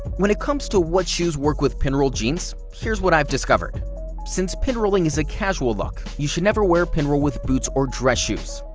when it comes to what shoes work with pinrolled jeans, here's what i've discovered since pinrolling is a casual look, you should never wear a pinroll with boots or dress shoes.